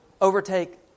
overtake